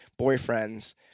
boyfriends